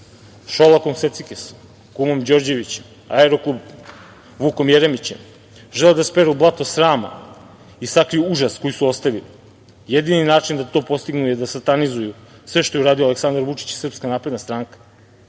Šolakom „secikesom“, kumom Đorđevićem, Vukom Jeremićem žele da speru blato srama i sakriju užas koji su ostavili. Jedini način da to postignu je da satanizuju sve što je uradio Aleksandar Vučići i SNS.Narod Srbije